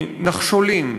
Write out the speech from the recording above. נחשולים,